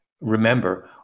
remember